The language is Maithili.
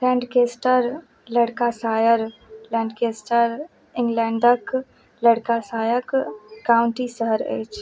लैन्केस्टर लड़काशायक लैन्केस्टर इन्ग्लैण्डके लड़काशायक काउण्टी शहर अछि